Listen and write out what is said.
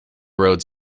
roads